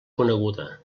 coneguda